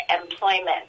employment